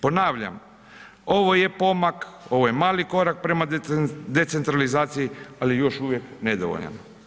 Ponavljam, ovo je pomak, ovo je mali korak prema decentralizaciji, ali još uvijek nedovoljan.